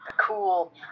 cool